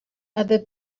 other